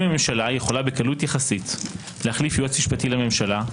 אם הממשלה יכולה בקלות יחסית להחליף יועץ משפטי לממשלה,